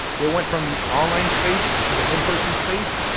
they went from the online space to the in-person space.